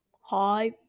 Hi